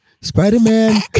Spider-Man